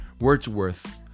Wordsworth